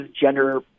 gender